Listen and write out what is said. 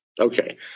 Okay